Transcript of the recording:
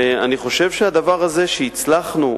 אני חושב שהדבר הזה שהצלחנו,